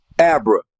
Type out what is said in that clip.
Abra